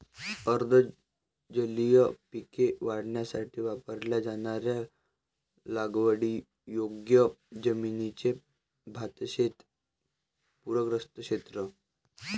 अर्ध जलीय पिके वाढवण्यासाठी वापरल्या जाणाऱ्या लागवडीयोग्य जमिनीचे भातशेत पूरग्रस्त क्षेत्र